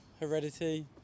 Heredity